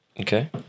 Okay